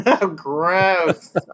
Gross